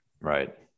Right